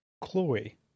chloe